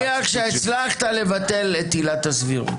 נניח שהצלחת לבטל את עילת הסבירות.